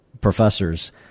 professors